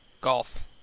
Golf